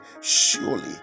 surely